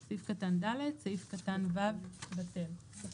להם."; (ד)סעיף קטן (ו) בטל;" גלית,